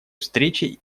встречи